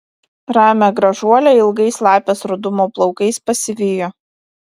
ramią gražuolę ilgais lapės rudumo plaukais pasivijo